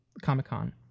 comic-con